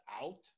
out